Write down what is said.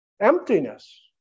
Emptiness